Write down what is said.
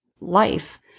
life